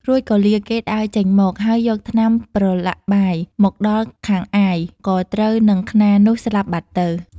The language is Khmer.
រួចក៏លាគេដើរចេញមក ហើយយកថ្នាំប្រឡាក់បាយមកដល់ខាងអាយក៏ត្រូវនឹងខ្នារនោះស្លាប់បាត់ទៅ។